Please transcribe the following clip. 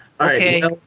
Okay